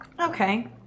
Okay